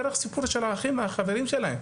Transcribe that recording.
דרך סיפור של האחים החברים שלהם,